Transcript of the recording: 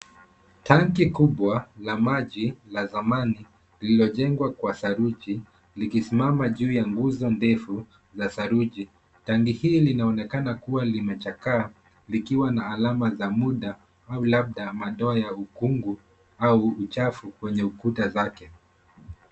Tanki kubwa la maji la zamani lililojengwa kwa saruji likisimama juu ya nguo za ndefu za saruji. Tanki hii linaonekana kuwa limechakaa likiwa na alama za muda au labda madoa ya ukungu au uchafu kwenye ukuta zake.